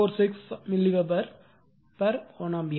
646 milliweber 1 ampere